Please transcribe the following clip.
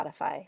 Spotify